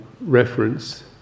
reference